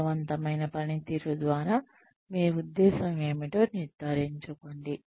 విజయవంతమైన పనితీరు ద్వారా మీ ఉద్దేశ్యం ఏమిటో నిర్ధారించుకోండి